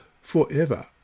forever